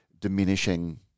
diminishing